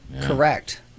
Correct